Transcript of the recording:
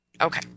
Okay